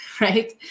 right